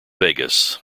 vegas